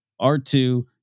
R2